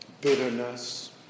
bitterness